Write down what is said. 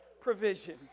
provision